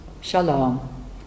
shalom